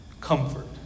Comfort